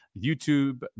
YouTube